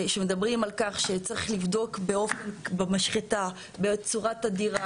שמדברים על כך שצריך לבדוק במשחטה בצורה תדירה